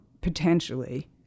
potentially